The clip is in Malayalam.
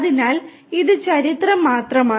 അതിനാൽ ഇത് ചരിത്രം മാത്രമാണ്